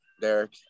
Derek